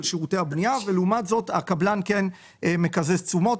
שירותי הבנייה ולעומת זאת הקבלן כן מקזז תשומות,